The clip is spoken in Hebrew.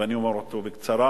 ואני אומר אותו בקצרה,